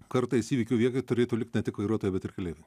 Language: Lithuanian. kartais įvykio vietoj turėtų likt ne tik vairuotojai bet ir keleiviai